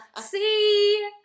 see